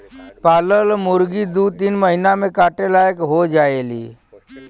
पालल मुरगी दू तीन महिना में काटे लायक हो जायेली